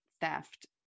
theft